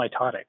mitotic